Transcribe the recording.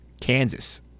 Kansas